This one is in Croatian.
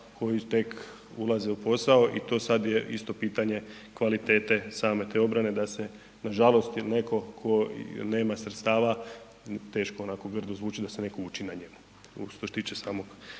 koji tek ulaze u posao i to sada je isto pitanje kvalitete same te obrane da se nažalost jel neko ko nema sredstava teško onako grdo zvuči da se neko uči na njemu što se tiče same